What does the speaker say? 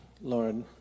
Lord